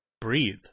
breathe